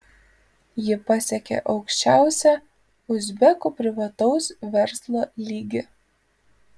ji pasiekė aukščiausią uzbekų privataus verslo lygį